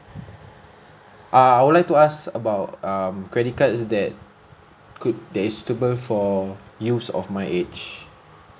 uh I would like to ask about um credit card is that could that is suitable for use of my age